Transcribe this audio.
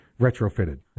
retrofitted